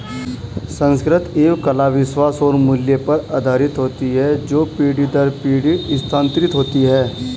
संस्कृति एवं कला विश्वास और मूल्य पर आधारित होती है जो पीढ़ी दर पीढ़ी स्थानांतरित होती हैं